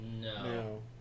No